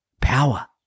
power